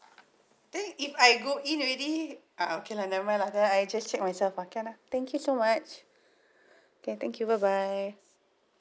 then if I go in already ah okay lah nevermind lah then I just check myself ah can ah thank you so much okay thank you bye bye